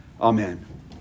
Amen